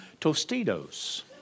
Tostitos